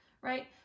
right